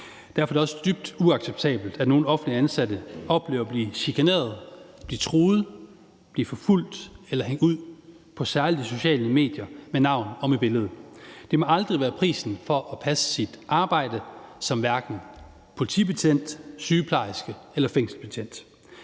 Derfor er det også dybt uacceptabelt, at nogle offentligt ansatte oplever at blive chikaneret, blive truet, blive forfulgt eller hængt ud på særlig de sociale medier med navn og med billede. Det må aldrig være prisen for at passe sit arbejde for politibetjente, sygeplejersker og fængselsbetjente.